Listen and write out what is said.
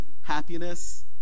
happiness